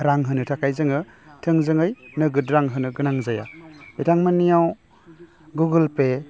रां होनो थाखाय जोङो थोंजोङै नोगोद रां होनो गोनां जायो बिथांमोनियाव गुगोल पे